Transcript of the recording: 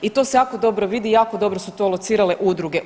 I to se jako dobro vidi, jako dobro su to locirale udruge.